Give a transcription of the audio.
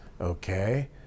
Okay